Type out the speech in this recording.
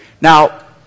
Now